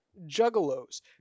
Juggalos